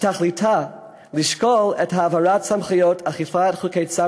שתכליתה לשקול את העברת סמכויות אכיפת חוקי צער